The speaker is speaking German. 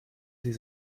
sie